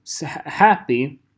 Happy